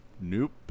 Nope